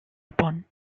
upon